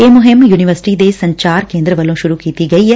ਇਹ ਮੁਹਿੰਮ ਯੂਨੀਵਰਸਿਟੀ ਦੇ ਸੰਚਾਰ ਕੇਂਦਰ ਵੱਲੋਂ ਸੂਰੂ ਕੀਤੀ ਗਈ ਏ